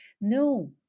No